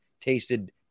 tasted